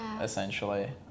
essentially